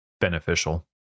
beneficial